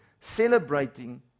Celebrating